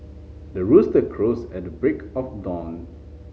the rooster crows at the break of dawn